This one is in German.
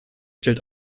stellt